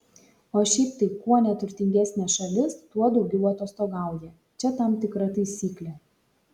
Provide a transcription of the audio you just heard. o šiaip tai kuo neturtingesnė šalis tuo daugiau atostogauja čia tam tikra taisyklė